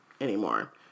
anymore